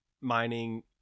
mining